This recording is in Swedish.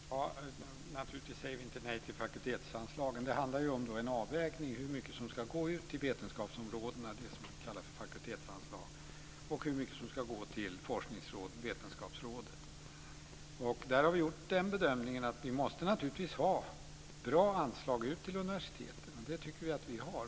Fru talman! Naturligtvis säger vi inte nej till fakultetsanslagen. Det handlar om en avvägning, hur mycket som ska gå ut till vetenskapsområdena, det som vi kallar för fakultetsanslag, och hur mycket som ska gå till forskningsråd och Vetenskapsrådet. Vi har gjort den bedömningen att vi naturligtvis måste ha bra anslag ut till universiteten, och det tycker vi att vi har.